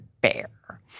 bear